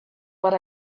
what